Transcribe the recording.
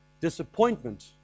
disappointment